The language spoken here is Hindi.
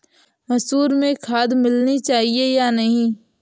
मसूर में खाद मिलनी चाहिए या नहीं?